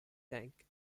tank